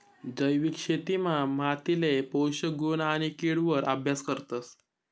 जैविक शेतीमा मातीले पोषक गुण आणि किड वर अभ्यास करतस